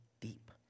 deep